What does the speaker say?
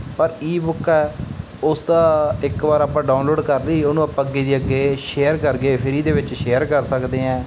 ਪਰ ਈਬੁੱਕ ਹੈ ਉਸ ਦਾ ਇੱਕ ਵਾਰ ਆਪਾਂ ਡਾਊਨਲੋਡ ਕਰ ਲਈ ਉਹਨੂੰ ਆਪਾਂ ਅੱਗੇ ਦੀ ਅੱਗੇ ਸ਼ੇਅਰ ਕਰ ਗਏ ਫਰੀ ਦੇ ਵਿੱਚ ਸ਼ੇਅਰ ਕਰ ਸਕਦੇ ਹਾਂ